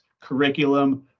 curriculum